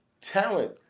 talent